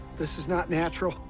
this is not natural.